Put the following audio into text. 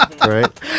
right